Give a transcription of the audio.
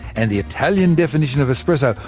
and the italian definition of espresso,